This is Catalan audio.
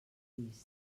trist